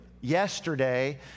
yesterday